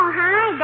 hi